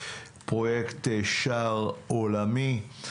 פרויקט שער עולמי.